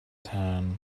tan